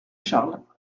charles